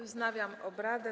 Wznawiam obrady.